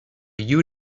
you